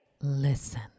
Listen